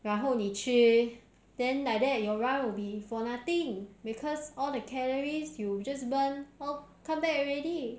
然后你吃 then like that your run will be for nothing because all the calories you just burn all come back already